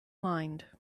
lined